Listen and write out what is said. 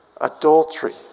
adultery